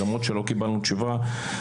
למרות שלא קיבלנו תשובה.